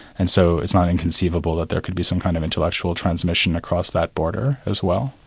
and so it's not inconceivable that there could be some kind of intellectual transmission across that border as well.